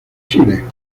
chile